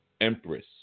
empress